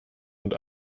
und